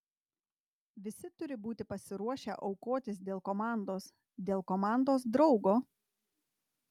visi turi būti pasiruošę aukotis dėl komandos dėl komandos draugo